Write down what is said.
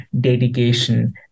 dedication